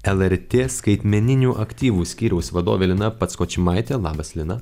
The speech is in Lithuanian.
lrt skaitmeninių aktyvų skyriaus vadovė lina patskočimaitė labas lina